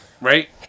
right